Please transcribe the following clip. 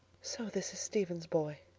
so this is stephen's boy,